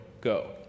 go